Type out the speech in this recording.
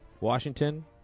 Washington